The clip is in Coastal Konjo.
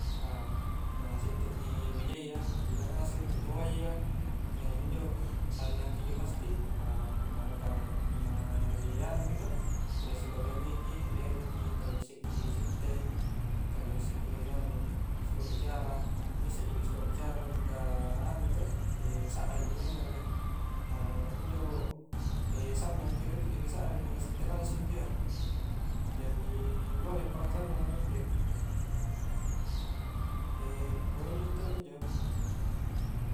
A na sitteki bijayya, bija ngasek tutoayya, injo, sannang ki injo pasti, ka punna ka punna ri anu ki toh punna sikalerei ki toh, tala ngissekki sitte, tala ngissekki sipakbicara, ngisse jki sipakbicara mingka anu to sakra ji ri langngere, injo sannang ki ri sakring punna sitte lansgung ki iya jari lohe paka sannnang a nakke, pakunnjo mintodo injo.